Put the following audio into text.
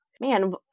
man